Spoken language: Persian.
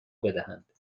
بدهند